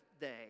day